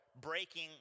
breaking